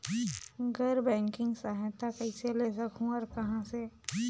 गैर बैंकिंग सहायता कइसे ले सकहुं और कहाँ से?